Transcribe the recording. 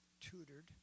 tutored